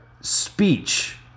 speech